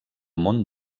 món